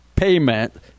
Payment